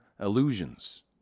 illusions